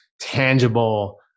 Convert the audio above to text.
tangible